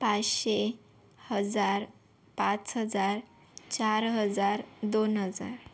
पाचशे हजार पाच हजार चार हजार दोन हजार